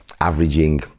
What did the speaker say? averaging